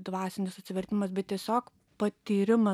dvasinis atsivertimas bet tiesiog patyrimas